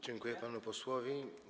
Dziękuję panu posłowi.